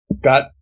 got